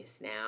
now